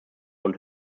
von